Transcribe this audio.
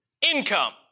income